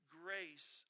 grace